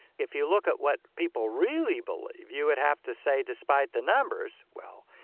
if you look at what people really believe, you would have to say, despite the numbers, well,